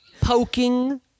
Poking